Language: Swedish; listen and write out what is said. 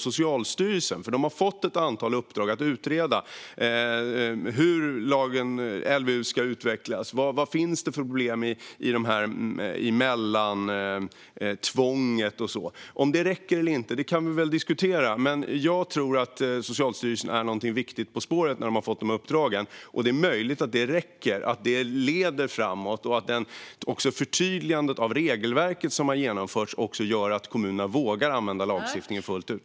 Socialstyrelsen har redan fått ett antal uppdrag att utreda hur lagen - LVU - ska utvecklas och vilka problem med tvång som finns. Om detta räcker eller om det behövs en hel kommission kan vi väl diskutera, men jag tror att Socialstyrelsen, som har fått dessa uppdrag, är något viktigt på spåret. Det är möjligt att detta räcker och leder framåt och att det förtydligande av regelverket som har genomförts gör att kommunerna vågar använda lagstiftningen fullt ut.